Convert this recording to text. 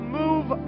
move